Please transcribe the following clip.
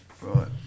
Right